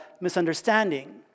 misunderstanding